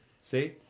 see